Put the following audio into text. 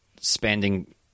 spending